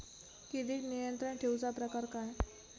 किडिक नियंत्रण ठेवुचा प्रकार काय?